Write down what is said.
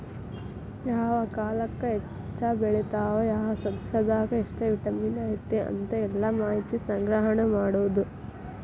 ಯಾವ ಕಾಲಕ್ಕ ಹೆಚ್ಚ ಬೆಳಿತಾವ ಯಾವ ಸಸ್ಯದಾಗ ಎಷ್ಟ ವಿಟಮಿನ್ ಐತಿ ಅಂತ ಎಲ್ಲಾ ಮಾಹಿತಿ ಸಂಗ್ರಹಣೆ ಮಾಡುದು